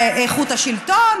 התנועה לאיכות השלטון,